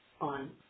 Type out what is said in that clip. on